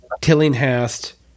Tillinghast